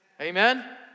Amen